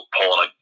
pulling